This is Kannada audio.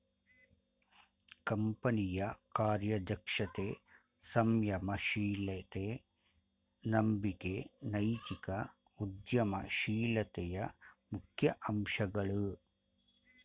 ಕಂಪನಿಯ ಕಾರ್ಯದಕ್ಷತೆ, ಸಂಯಮ ಶೀಲತೆ, ನಂಬಿಕೆ ನೈತಿಕ ಉದ್ಯಮ ಶೀಲತೆಯ ಮುಖ್ಯ ಅಂಶಗಳು